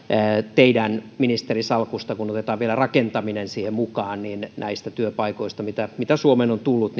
teidän ministerisalkustanne kun otetaan vielä rakentaminen siihen mukaan kyllä aika monet näistä työpaikoista mitä mitä suomeen on tullut